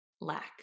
lack